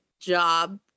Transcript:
job